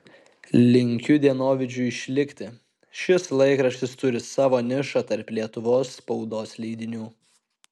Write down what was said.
linkiu dienovidžiui išlikti šis laikraštis turi savo nišą tarp lietuvos spaudos leidinių